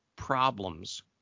Problems